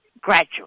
gradually